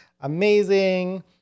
Amazing